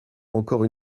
encore